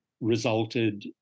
resulted